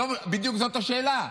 בדיוק זאת השאלה.